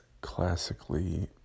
classically